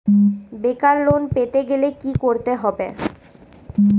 বেকার লোন পেতে গেলে কি করতে হবে?